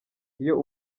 iyo